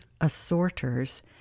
assorters